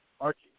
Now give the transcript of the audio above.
Archie